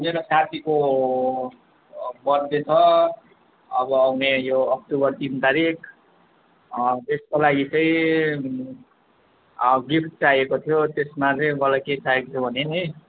मेरो साथीको बर्थडे छ अब आउने यो अक्टोबर तिन तारिख त्यसको लागि चाहिँ गिफ्ट चाहिएको थियो त्यसमा चाहिँ मलाई के चाहिएको थियो भने नि